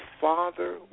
Father